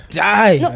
die